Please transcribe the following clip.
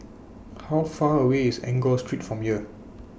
How Far away IS Enggor Street from here